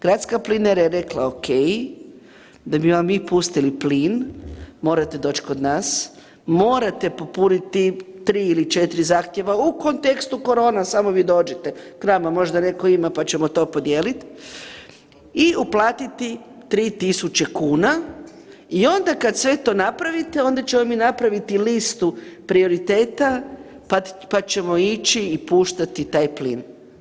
Gradska plinara je rekla ok, da bi vam mi pustili plin, morate doći kod nas, morate popuniti 3 ili 4 zahtjeva u kontekstu korona samo vi dođite k nama možda netko ima pa ćemo to podijeliti i uplatiti 3.000 kuna i onda kad sve to napravite onda ćemo mi napraviti listu prioriteta pa ćemo ići i puštati taj plin.